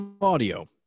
audio